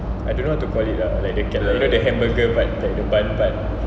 I don't know what to call it lah like they hamburger but the bun part